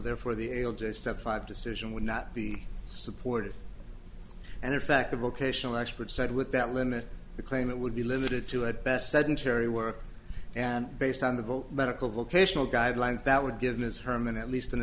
therefore the able to step five decision would not be supported and in fact the vocational expert said with that limit the claimant would be limited to at best sedentary work and based on the both medical vocational guidelines that would give ms herman at least an